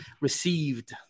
received